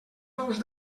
nous